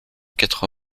quatre